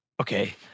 Okay